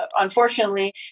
unfortunately